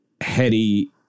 heady